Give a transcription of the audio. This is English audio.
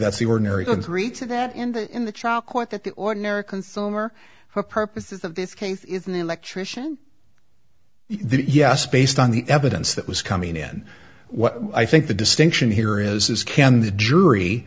that's the ordinary going three to that in the in the trial court that the ordinary consumer for purposes of this case is an electrician yes based on the evidence that was coming in what i think the distinction here is is can the jury